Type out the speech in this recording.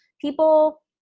people